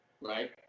Right